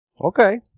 Okay